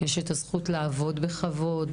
יש את הזכות לעבוד בכבוד,